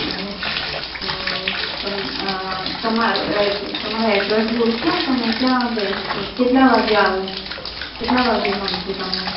એવું તો તમ તમ તમારું એડ્રેસ બોલશો તમે ક્યાં બેસશો કેટલા વાગે આવું કેટલા વાગે મળશો તમે